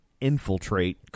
infiltrate